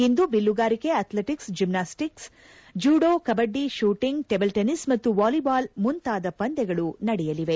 ಇಂದು ಬಿಲ್ಲುಗಾರಿಕೆ athletics gymnastic judo kabaddi shooting table tennis ಮತ್ತು volleyball ಮುಂತಾದ ಪಂದ್ಯಗಳು ನಡೆಯಲಿವೆ